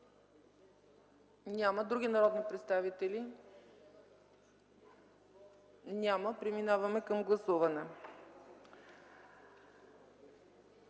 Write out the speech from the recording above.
няма. Други народни представители? Няма. Преминаваме към гласуване.